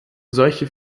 solche